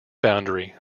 boundary